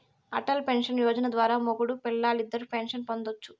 Atal pension Yojana ద్వారా మొగుడూ పెల్లాలిద్దరూ పెన్సన్ పొందొచ్చును